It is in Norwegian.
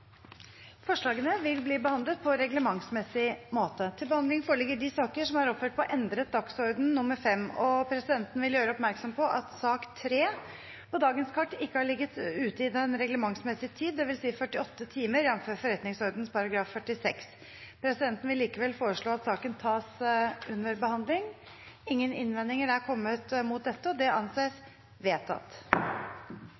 Forslagene vil bli behandlet på reglementsmessig måte. Presidenten vil gjøre oppmerksom på at sak nr. 3 på dagens kart ikke har ligget ute i den reglementsmessige tid, dvs. 48 timer, jf. forretningsordenen § 46. Presidenten vil likevel foreslå at saken tas under behandling. – Det anses vedtatt. Etter ønske fra finanskomiteen vil sakene nr. 1 og